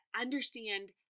understand